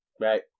Right